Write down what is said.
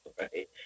right